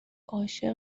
عاشق